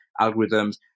algorithms